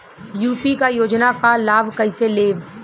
UP क योजना क लाभ कइसे लेब?